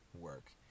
work